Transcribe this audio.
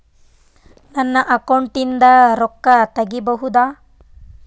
ನನ್ನ ಅಕೌಂಟಿಂದ ರೊಕ್ಕ ತಗಿಬಹುದಾ?